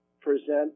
present